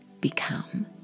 become